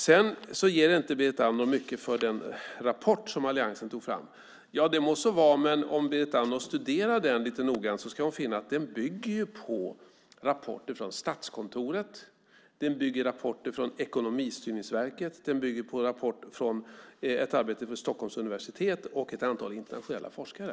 Sedan ger inte Berit Andnor mycket för den rapport som alliansen tog fram. Det må så vara, men om Berit Andnor studerar den lite noggrant ska hon finna att den bygger på rapporter från Statskontoret, rapporter från Ekonomistyrningsverket samt ett arbete från Stockholms universitet och ett antal internationella forskare.